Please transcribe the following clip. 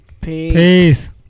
peace